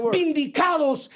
vindicados